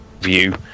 view